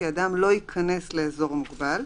כי אדם לא ייכנס לאזור מוגבל,